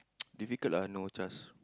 difficult lah no C_H_A_S